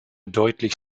deutlich